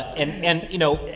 and and you know,